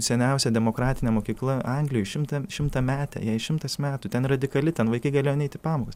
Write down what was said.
seniausia demokratinė mokykla anglijoj šimtą šimtametė jai šimtas metų ten radikali ten vaikai galėjo neit į pamokas